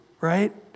right